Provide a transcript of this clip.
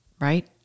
right